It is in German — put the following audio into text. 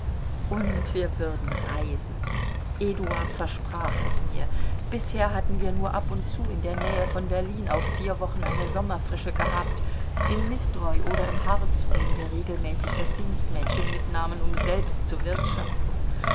und wir würden reisen eduard versprach es mir bisher hatten wir nur ab und zu in der nähe von berlin auf vier wochen eine sommerfrische gehabt in misdroy oder im harz wohin wir regelmäßig das dienstmädchen mitnahmen um selbst zu wirtschaften